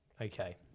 Okay